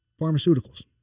Pharmaceuticals